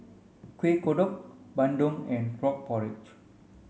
Kueh Kodok Bandung and frog porridge